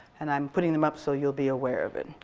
and i'm putting them up so you'll be aware of it.